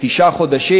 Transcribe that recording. תשעה חודשים.